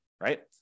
right